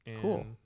Cool